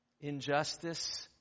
injustice